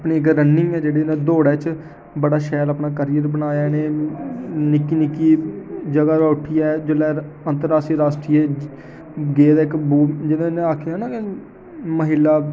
अपनी रनिंग च जेह्ड़े दौड़ा च बड़ा शैल अपना करियर बनाया इ'नें नि'क्की नि'क्की जगह् दा उठियै जेल्लै अंतरराश्ट्रीय राश्ट्रीय गे ते जेल्लै इ'नें आखेआ ना महिला